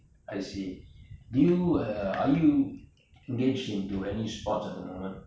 I see do you uh are you engaged into any sports at the moment